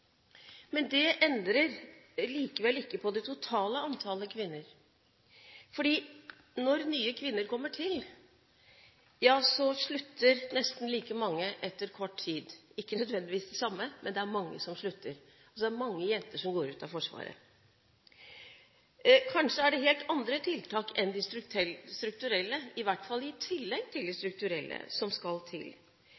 Det endrer likevel ikke på det totale antallet kvinner, for når nye kvinner kommer til, slutter nesten like mange etter kort tid – ikke nødvendigvis de samme, men det er mange som slutter. Mange jenter går altså ut av Forsvaret. Kanskje er det helt andre tiltak enn de strukturelle – i hvert fall i tillegg til de